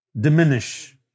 diminish